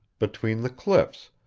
between the cliffs,